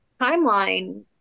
timeline